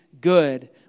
good